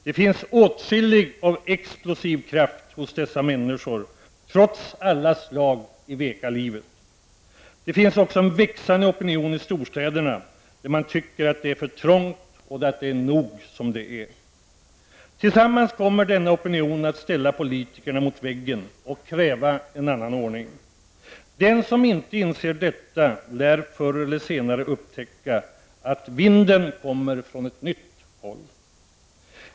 Det finns åtskilligt av explosiv kraft hos dessa människor, trots alla slag i veka livet. Det finns också en växande opinion i storstäderna, där man tycker att det är trångt och att det är nog som det är. Tillsammans kommer företrädare för denna opinion att ställa politikerna mot väggen och kräva en annan ordning. Den som inte inser detta lär förr eller senare upptäcka att vinden kommer från ett nytt håll.